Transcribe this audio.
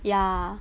ya